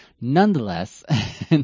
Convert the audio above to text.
Nonetheless